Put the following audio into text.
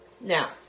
Now